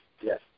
Yes